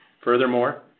Furthermore